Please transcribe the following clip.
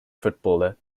footballer